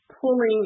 pulling